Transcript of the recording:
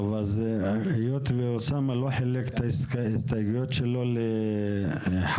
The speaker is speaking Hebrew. היות שאוסאמה לא חילק את ההסתייגויות שלו ל-1,